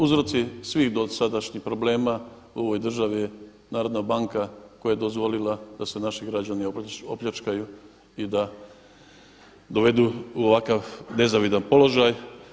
Uzroci svih dosadašnjih problema u ovoj državi je Narodna banka koja je dozvolila da se naši građani opljačkaju i da dovedu u ovakav nezavidan položaj.